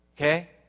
Okay